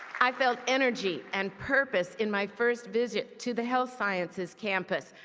i felt energy and purpose in my first visit to the health sciences campus.